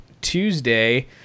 Tuesday